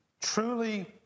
truly